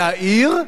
להעיר,